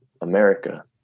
America